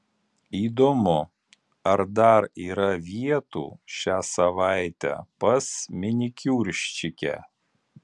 įdomu ar dar yra vietų šią savaitę pas minikiūrščikę